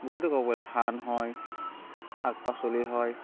বহুতেই ক'ব গ'লে ধান হয় শাক পাচলি হয়